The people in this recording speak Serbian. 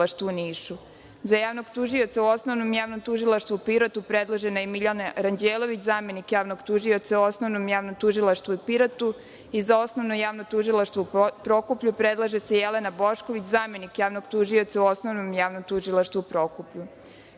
Za javnog tužioca u Osnovnom javnom tužilaštvu u Pirotu predložena je Miljana Ranđelović, zamenik javnog tužioca u Osnovnom javnom tužilaštvu u Pirotu i za Osnovno javno tužilaštvo u Prokuplju predlaže se Jelena Bošković, zamenik javnog tužioca u Osnovnom javnom tužilaštvu u Prokuplju. Kao